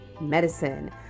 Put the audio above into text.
Medicine